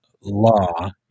law